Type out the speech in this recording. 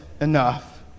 enough